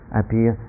appear